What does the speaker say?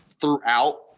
throughout